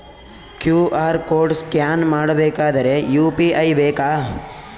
QR code scan ಮಾಡಬೇಕಾದರೆ UPI ಬೇಕಾ?